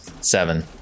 Seven